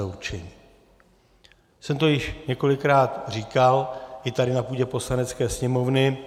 Já jsem to již několikrát říkal i tady na půdě Poslanecké sněmovny.